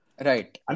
Right